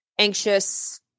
anxious